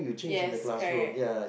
yes correct